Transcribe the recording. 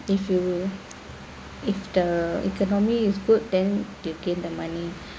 if you if the economy is good then you gain the money